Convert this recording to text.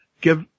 give